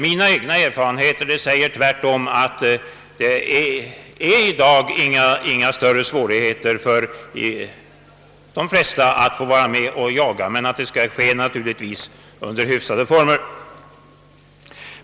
Tvärtom har de flesta i dag inga större svårigheter att få vara med och jaga. Emellertid skall det naturligtvis ske under hyfsade former.